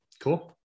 Cool